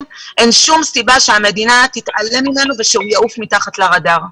התהליך אין שום סיבה שהמדינה תתעלם ממנו ושהוא יעוף מתחת לרדאר.